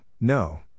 no